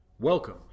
Welcome